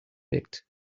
bit